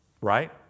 Right